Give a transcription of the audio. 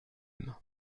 même